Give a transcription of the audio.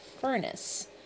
furnace